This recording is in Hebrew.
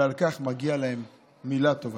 ועל כך מגיעה להם מילה טובה.